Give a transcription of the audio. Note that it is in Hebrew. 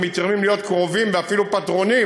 ומתיימרים להיות קרובים ואפילו פטרונים,